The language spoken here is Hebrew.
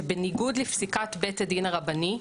שבניגוד לפסיקת בית הדין הרבני,